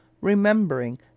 remembering